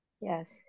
Yes